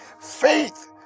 faith